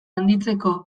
handitzeko